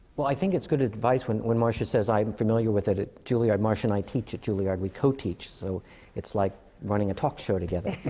well, i think it's good advice. when when marsha says i'm familiar with it at juilliard marsha and i teach at juilliard. we co-teach. so it's like running a talk show together.